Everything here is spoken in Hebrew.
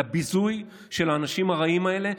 לביזוי של האנשים הרעים האלה,